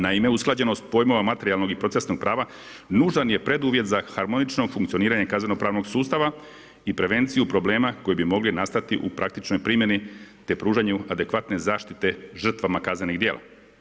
Naime, usklađenost pojmova materijalnog i procesnog prava nužan je preduvjet za harmonično funkcioniranje kazneno pravnog sustava i prevenciju problema koji bi mogli nastati u praktičnoj primjeni te pružanju adekvatne zaštite žrtvama kaznenih djela.